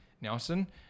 Nelson